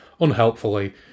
unhelpfully